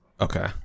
okay